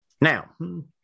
Now